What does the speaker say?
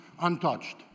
untouched